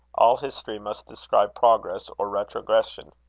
all history must describe progress or retrogression.